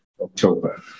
October